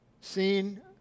seen